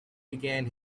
began